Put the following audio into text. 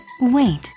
Wait